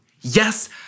Yes